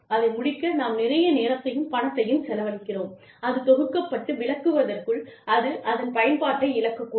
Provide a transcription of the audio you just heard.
அதை முடிக்க நாம் நிறைய நேரத்தையும் பணத்தையும் செலவழிக்கிறோம் அது தொகுக்கப்பட்டு விளக்குவதற்குள் அது அதன் பயன்பாட்டை இழக்கக்கூடும்